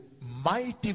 mighty